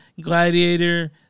Gladiator